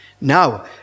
Now